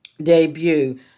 debut